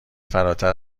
فراتر